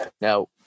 now